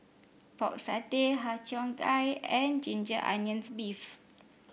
Pork Satay Har Cheong Gai and Ginger Onions beef